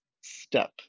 step